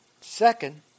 Second